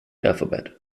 alphabet